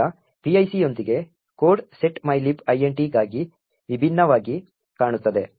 ಈಗ PIC ಯೊಂದಿಗೆ code set mylib int ಗಾಗಿ ವಿಭಿನ್ನವಾಗಿ ಕಾಣುತ್ತದೆ